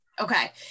Okay